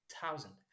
thousand